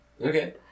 Okay